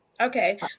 okay